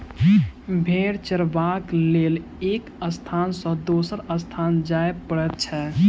भेंड़ चरयबाक लेल एक स्थान सॅ दोसर स्थान जाय पड़ैत छै